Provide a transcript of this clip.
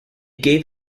gave